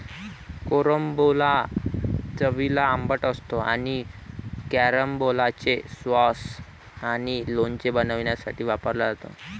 carambola चवीला आंबट असतो आणि कॅरंबोलाचे सॉस आणि लोणचे बनवण्यासाठी वापरला जातो